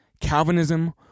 Calvinism